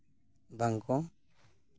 ᱵᱟᱝᱠᱚ